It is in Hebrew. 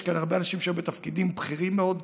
יש כאן הרבה אנשים שהיו בתפקידים בכירים מאוד,